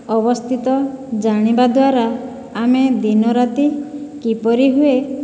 ଅବସ୍ଥିତ ଜାଣିବା ଦ୍ୱାରା ଆମେ ଦିନ ରାତି କିପରି ହୁଏ